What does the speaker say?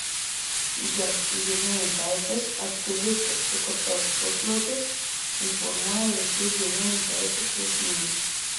gerbk gyvūnų teises aktyvistų sukurtas puslapis informuoja visų gyvūnų teisių klausimais